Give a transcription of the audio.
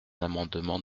amendement